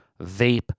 vape